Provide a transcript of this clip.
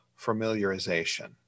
familiarization